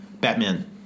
Batman